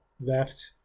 left